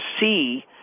see